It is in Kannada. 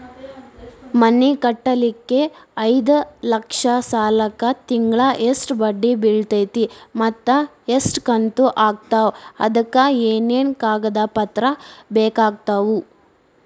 ಮನಿ ಕಟ್ಟಲಿಕ್ಕೆ ಐದ ಲಕ್ಷ ಸಾಲಕ್ಕ ತಿಂಗಳಾ ಎಷ್ಟ ಬಡ್ಡಿ ಬಿಳ್ತೈತಿ ಮತ್ತ ಎಷ್ಟ ಕಂತು ಆಗ್ತಾವ್ ಅದಕ ಏನೇನು ಕಾಗದ ಪತ್ರ ಬೇಕಾಗ್ತವು?